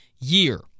year